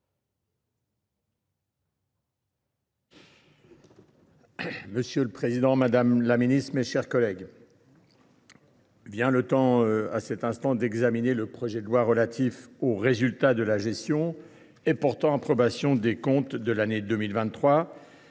Monsieur le président, madame la ministre, mes chers collègues, nous entamons aujourd’hui l’examen du projet de loi relative aux résultats de la gestion et portant approbation des comptes de l’année 2023.